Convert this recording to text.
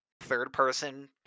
third-person